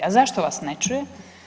A zašto vas ne čuje?